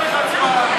להצבעה,